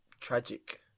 tragic